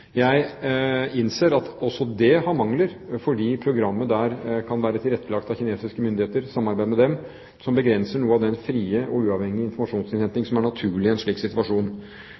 Jeg innser at også det har mangler, fordi programmet der kan være tilrettelagt av kinesiske myndigheter, i samarbeid med dem, som begrenser noe av den frie og uavhengige informasjonsinnhenting som er naturlig i en slik situasjon.